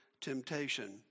temptation